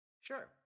Sure